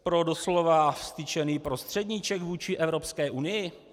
Pro doslova vztyčený prostředníček vůči Evropské unii?